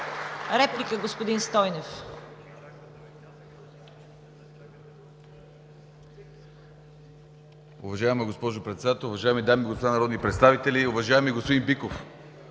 Реплика, господин Стойнев.